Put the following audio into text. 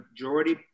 majority